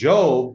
Job